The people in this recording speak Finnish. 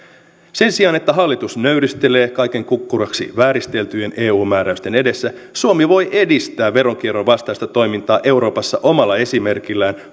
sen sijaan että hallitus nöyristelee kaiken kukkuraksi vääristeltyjen eu määräysten edessä suomi voi edistää veronkierron vastaista toimintaa euroopassa omalla esimerkillään